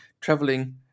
traveling